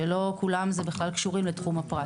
שלא כולם קשורים לתחום הפרט.